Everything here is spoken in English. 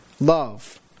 love